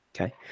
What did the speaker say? Okay